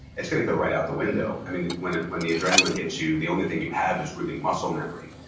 it's gonna go right out the window i mean, when and when the adrenaline hits you, the only thing you have is really muscle memory.